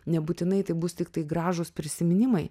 nebūtinai tai bus tiktai gražūs prisiminimai